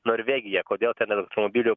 norvegija kodėl net automobilių